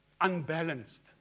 unbalanced